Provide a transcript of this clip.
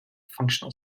functional